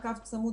שוב,